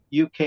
UK